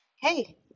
hey-